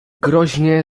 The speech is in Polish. groźnie